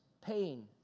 pain